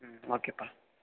ம் ஓகேப்பா